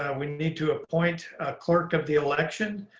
and we need to appoint clerk of the election.